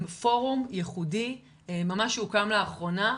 פורום ייחודי שהוקם לאחרונה,